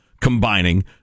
combining